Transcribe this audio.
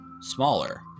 smaller